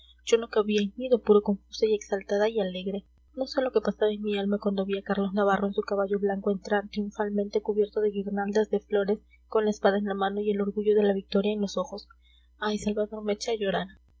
yo no cabía en mí de puro confusa y exaltada y alegre no sé lo que pasaba en mi alma cuando vi a carlos navarro en su caballo blanco entrar triunfalmente cubierto de guirnaldas de flores con la espada en la mano y el orgullo de la victoria en los ojos ay salvador me eché a llorar